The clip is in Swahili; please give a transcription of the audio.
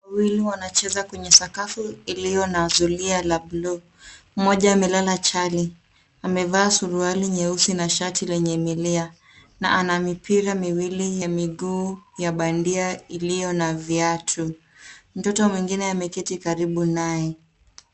Wawili wanacheza kwenye sakafu iliyo na zulia la bluu, moja amelala chali, amevaa suruali nyeusi na shati lenye milia na anampira miwili ya miguu ya bandia iliyo na viatu. Mtoto mwingine ameketi karibu naye.